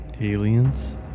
Aliens